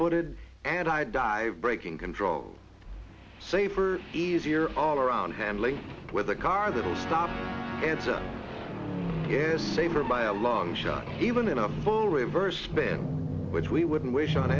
footed and i dive braking control safer easier all around handling with a car that will stop and is safer by a long shot even in a full reverse pan which we wouldn't wish on